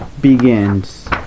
Begins